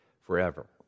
forever